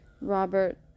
Robert